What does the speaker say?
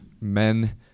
men